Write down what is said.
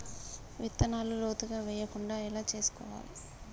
విత్తనాలు లోతుగా వెయ్యకుండా ఎలా చూసుకోవాలి?